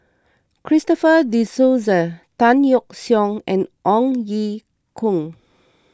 Christopher De Souza Tan Yeok Seong and Ong Ye Kung